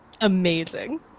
Amazing